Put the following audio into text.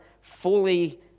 fully